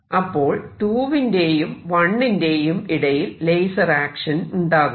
അപ്പോൾ 2 വിന്റേയും 1 ന്റെയും ഇടയിൽ ലേസർ ആക്ഷൻ ഉണ്ടാകുന്നു